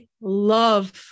love